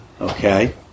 Okay